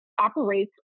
operates